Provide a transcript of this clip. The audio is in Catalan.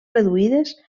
reduïdes